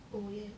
oh yes